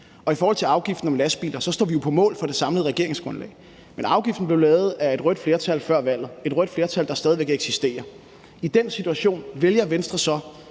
I forhold til afgiften om lastbiler står vi jo på mål for det samlede regeringsgrundlag, men afgiften blev lavet af et rødt flertal før valget, et rødt flertal, der stadig væk eksisterer. I den situation vælger Venstre så